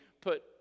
put